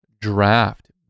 Draft